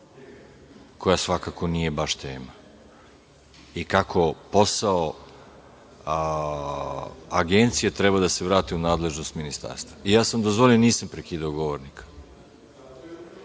koja svakako nije baš tema. Kako posao Agencije treba da se vrati u nadležnost ministarstva. Ja sam dozvolio, nisam prekidao govornika. To